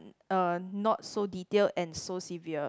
uh not so detailed and so severe